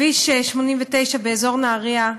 בכביש 89, באזור נהריה,